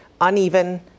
uneven